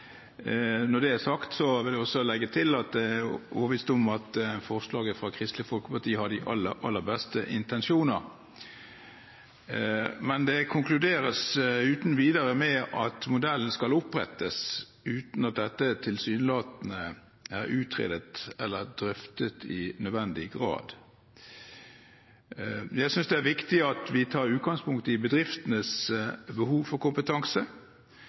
Når det er sagt, vil jeg også legge til at jeg er overbevist om at forslaget fra Kristelig Folkeparti har de aller, aller beste intensjoner. Men det konkluderes uten videre med at modellen skal opprettes, uten at dette tilsynelatende er utredet eller drøftet i nødvendig grad. Jeg synes det er viktig at vi tar utgangspunkt i bedriftenes behov for kompetanse,